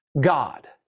God